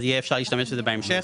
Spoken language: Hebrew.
אז יהיה אפשר להשתמש בזה בהמשך.